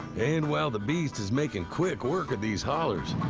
and while the beast is making quick work of these hollers,